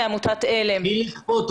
הבנתם לבד שאנחנו נוגעים בהמון שטחים בו זמנית